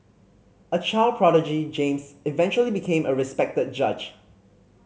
a child prodigy James eventually became a respected judge